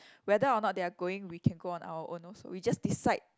whether or not they are going we can go on our own also we just decide